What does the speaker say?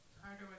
harder